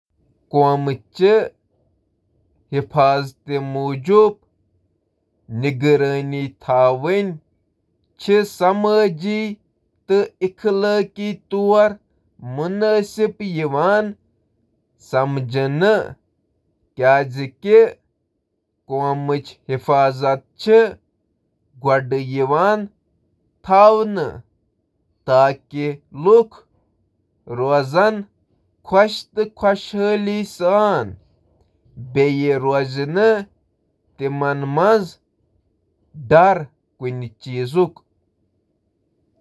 قومی سلامتی خاطرٕ نگرٲنی ہنٛد استعمال ہیکہٕ اخلأقی أستھ اگر یہٕ یتھ پأنٹھ کرنہٕ ییہٕ یُس انفرادی حقوق تہٕ آزٲدی ہنٛز حفاظت چُھ کران، تہٕ انسأنی حقوقن ہنٛز خلاف ورزی چِھ نہٕ کران: